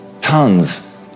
tons